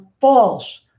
false